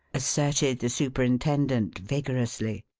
asserted the superintendent, vigorously.